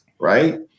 right